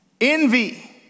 envy